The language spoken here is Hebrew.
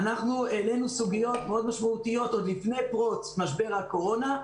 אנחנו העלינו סוגיות מאוד משמעותיות עוד לפני פרוץ משבר הקורונה.